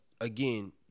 again